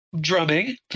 drumming